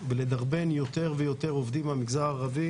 ולדרבן יותר ויותר עובדים מהמגזר הערבי